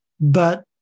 but-